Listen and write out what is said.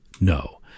No